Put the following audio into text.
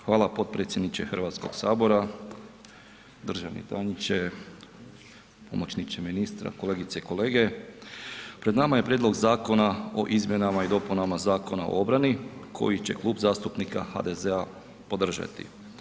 Hvala potpredsjedniče HS, državni tajniče, pomoćniče ministra, kolegice i kolege, pred nama je prijedlog Zakona o izmjenama i dopunama Zakona o obrani koji će Klub zastupnika HDZ-a podržati.